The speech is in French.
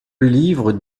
livre